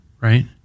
right